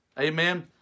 Amen